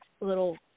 little